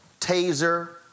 taser